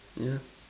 yeah